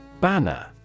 Banner